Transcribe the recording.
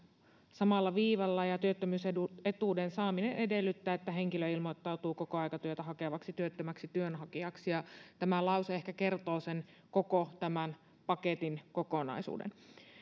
samalla viivalla ja ja työttömyysetuuden saaminen edellyttää että henkilö ilmoittautuu kokoaikatyötä hakevaksi työttömäksi työnhakijaksi tämä lause ehkä kertoo sen koko tämän paketin kokonaisuuden